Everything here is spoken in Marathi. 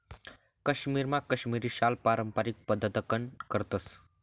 काश्मीरमा काश्मिरी शाल पारम्पारिक पद्धतकन करतस